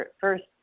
first